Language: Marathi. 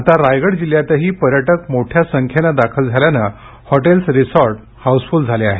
आता रायगड जिल्ह्यातही पर्यटक मोठ्या संख्येनं दाखल झाल्यानं हॉटेल्स रिसॉर्ट हाऊसफुल्ल झाले आहेत